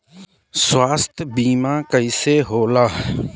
स्वास्थ्य बीमा कईसे होला?